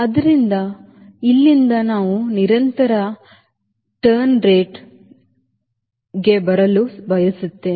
ಆದ್ದರಿಂದ ಇಲ್ಲಿಂದ ನಾವು ನಿರಂತರ ತಿರುವು ದರಗಳಿಗೆ ಬರಲು ಬಯಸುತ್ತೇವೆ